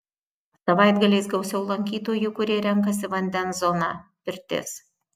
savaitgaliais gausiau lankytojų kurie renkasi vandens zoną pirtis